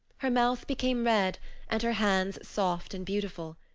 her mouth became red and her hands soft and beautiful.